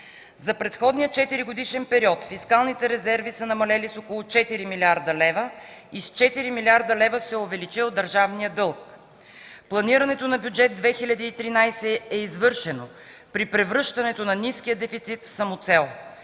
За предходния четиригодишен период фискалните резерви са намалели с около 4 млрд. лв. и с 4 млрд. лв. се е увеличил държавният дълг. Планирането на Бюджет 2013 е извършено при превръщането на ниския дефицит в самоцел.